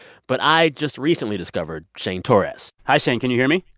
but i just recently discovered shane torres hi, shane. can you hear me?